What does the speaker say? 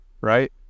right